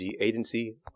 Agency